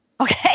okay